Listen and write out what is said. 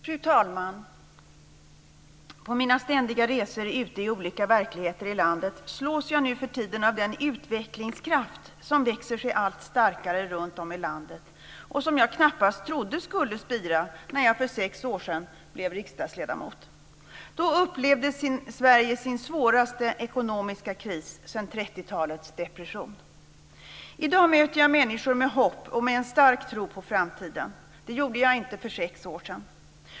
Fru talman! På mina ständiga resor ute i olika verkligheter i landet slås jag nuförtiden av den utvecklingskraft som växer sig allt starkare runtom i landet och som jag knappast trodde skulle styra när jag för sex år sedan blev riksdagsledamot. Då upplevde Sverige sin svåraste ekonomiska kris sedan 30 talets depression. I dag möter jag människor med hopp och med en stark tro på framtiden. Det gjorde jag inte för sex år sedan.